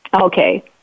Okay